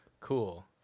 Cool